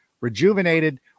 rejuvenated